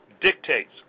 dictates